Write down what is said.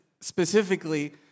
specifically